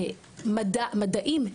מדעים,